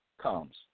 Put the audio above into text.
Comes